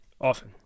often